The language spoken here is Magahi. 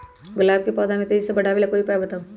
गुलाब के पौधा के तेजी से बढ़ावे ला कोई उपाये बताउ?